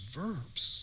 verbs